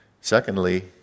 Secondly